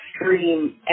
extreme